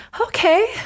okay